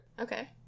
Okay